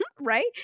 right